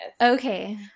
Okay